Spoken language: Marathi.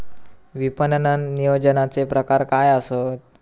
विपणन नियोजनाचे प्रकार काय आसत?